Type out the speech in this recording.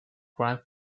grant